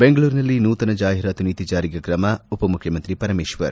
ಬೆಂಗಳೂರಿನಲ್ಲಿ ನೂತನ ಜಾಹಿರಾತು ನೀತಿ ಜಾರಿಗೆ ಕ್ರಮ ಉಪಮುಖ್ಖಮಂತ್ರಿ ಪರಮೇಶ್ವರ್